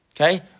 okay